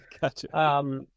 Gotcha